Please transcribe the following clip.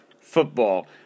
football